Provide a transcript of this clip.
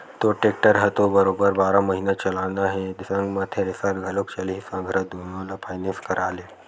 तोर टेक्टर ह तो बरोबर बारह महिना चलना हे संग म थेरेसर घलोक चलही संघरा दुनो ल फायनेंस करा ले